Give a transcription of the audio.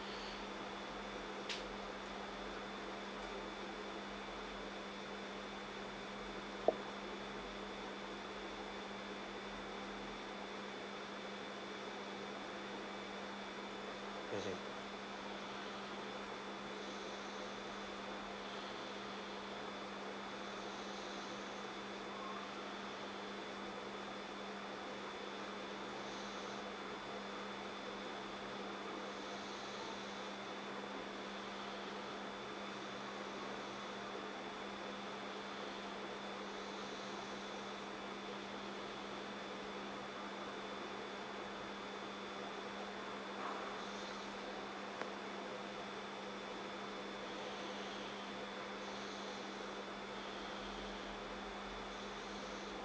mmhmm